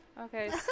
okay